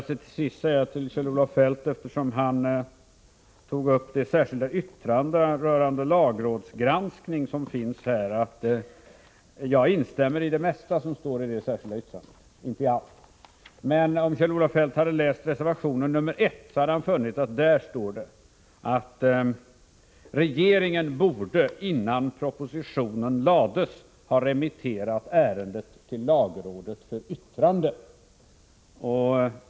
Kjell-Olof Feldt berörde det särskilda yttrande som finns beträffande lagrådsgranskning. Jag instämmer i det mesta av det som står i detta särskilda yttrande men inte i allt. Om Kjell-Olof Feldt hade läst reservation 1, hade han funnit att det där står att regeringen innan propositionen lades borde ha remitterat ärendet till lagrådet för yttrande.